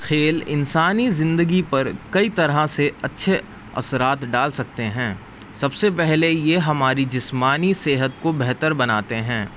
کھیل انسانی زندگی پر کئی طرح سے اچھے اثرات ڈال سکتے ہیں سب سے پہلے یہ ہماری جسمانی صحت کو بہتر بناتے ہیں